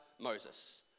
Moses